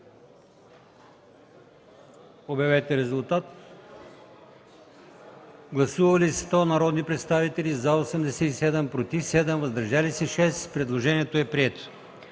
на Раздел ІІ. Гласували 102 народни представители: за 85, против 10, въздържали се 7. Предложението е прието.